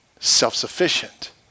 self-sufficient